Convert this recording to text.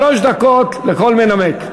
שלוש דקות לכל מנמק.